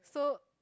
so